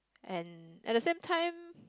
and at the same time